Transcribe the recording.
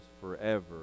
forever